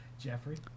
Jeffrey